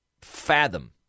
fathom